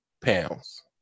pounds